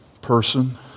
person